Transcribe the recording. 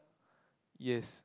yes